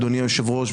אדוני היושב-ראש,